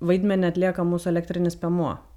vaidmenį atlieka mūsų elektrinis piemuo